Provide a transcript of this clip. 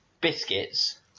biscuits